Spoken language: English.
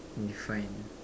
be fine